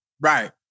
Right